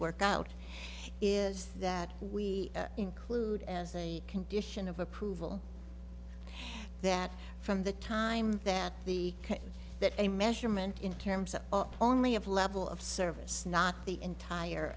work out is that we include as a condition of approval that from the time that the that a measurement in terms of only of level of service not the entire